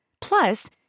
Plus